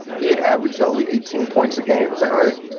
he had averaged only eighteen points a game, is that right?